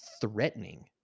threatening